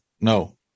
no